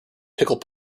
pickled